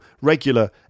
regular